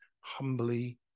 humbly